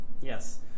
Yes